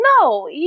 no